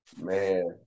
man